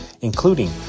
including